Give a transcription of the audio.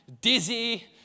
dizzy